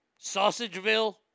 Sausageville